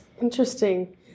Interesting